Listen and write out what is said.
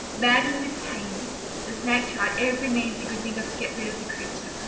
maddened with pain the snake tried every means he could think of to get rid of the creature,